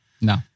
No